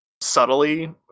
subtly